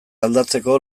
aldatzeko